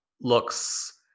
looks